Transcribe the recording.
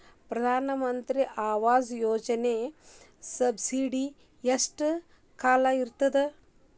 ಪ್ರಧಾನ ಮಂತ್ರಿ ಆವಾಸ್ ಯೋಜನಿ ಸಬ್ಸಿಡಿ ಎಷ್ಟ ಕಾಲ ಇರ್ತದ?